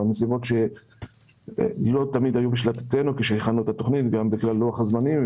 הנסיבות לא תמיד היו בשליטתנו עת הכנו את התכנית גם בגלל לוח הזמנים,